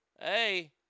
Hey